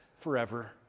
forever